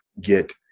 get